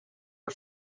are